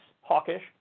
hawkish